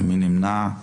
מי נמנע?